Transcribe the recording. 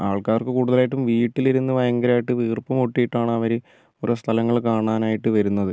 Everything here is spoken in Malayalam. ആൾക്കാർക്ക് കൂടുതലായിട്ടും വീട്ടിൽ ഇരുന്ന് ഭയങ്കരമായിട്ട് വീർപ്പു മുട്ടിട്ടാണ് അവർ കുറേ സ്ഥലങ്ങൾ കാണാനായിട്ട് വരുന്നത്